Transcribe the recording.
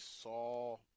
saw